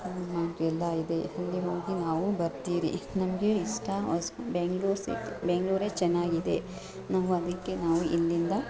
ಎಲ್ಲ ಇದೆ ಅಲ್ಲಿ ಹೋಗಿ ನಾವು ಬರ್ತೀರಿ ನಮಗೆ ಇಷ್ಟ ಹೊಸ ಬೆಂಗ್ಳೂರು ಸಿ ಬೆಂಗಳೂರೇ ಚೆನ್ನಾಗಿದೆ ನಾವು ಅದಕ್ಕೆ ನಾವು ಇಲ್ಲಿಂದ